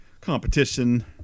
competition